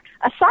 aside